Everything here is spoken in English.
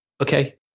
Okay